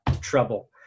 trouble